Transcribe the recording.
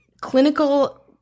clinical